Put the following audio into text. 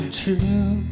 true